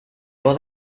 while